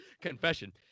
Confession